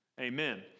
Amen